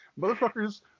Motherfuckers